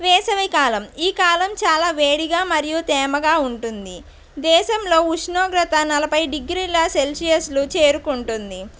వేసవికాలం ఈ కాలం చాలా వేడిగా మరియు తేమగా ఉంటుంది దేశంలో ఉష్ణోగ్రత నలభై డిగ్రీల సెల్సియస్లు చేరుకుంటుంది